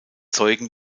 zeugen